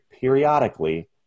periodically